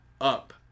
up